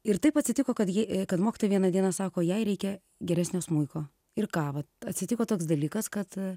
ir taip atsitiko kad ji kad mokytoja vieną dieną sako jai reikia geresnio smuiko ir ką va atsitiko toks dalykas kad